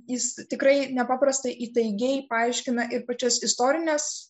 jis tikrai nepaprastai įtaigiai paaiškina ir pačias istorines